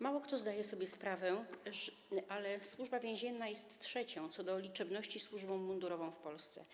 Mało kto zdaje sobie sprawę, że Służba Więzienna jest trzecią co do liczebności służbą mundurową w Polsce.